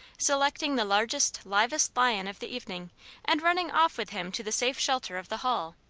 selecting the largest, livest lion of the evening and running off with him to the safe shelter of the hall.